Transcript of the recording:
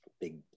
big